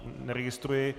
Neregistruji.